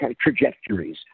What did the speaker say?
trajectories